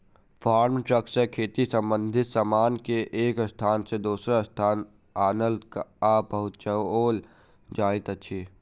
farm truck सॅ खेती संबंधित सामान के एक स्थान सॅ दोसर स्थान आनल आ पहुँचाओल जाइत अछि